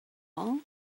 all